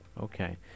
Okay